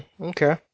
okay